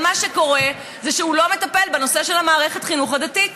אבל מה שקורה זה שהוא לא מטפל בנושא של מערכת החינוך הדתית,